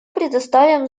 предоставим